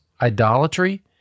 idolatry